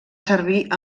servir